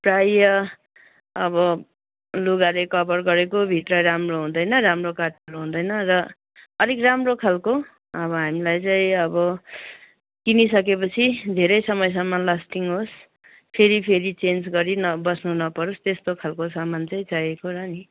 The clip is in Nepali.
प्राय अब लुगाले कभर गरेको भित्र राम्रो हुँदैन राम्रो काठहरू हुँदैन र अलिक राम्रो खालको अब हामीलाई चाहिँ अब किनिसकेपछि धेरै समयसम्म लास्टिङ होस् फेरि फेरि चेन्ज गरि नबस्नुपर्ने नपरोस् त्यस्तो खालको सामान चाहिँ चाहिएको र नि